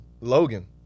Logan